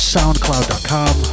SoundCloud.com